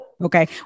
Okay